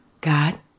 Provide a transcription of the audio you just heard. God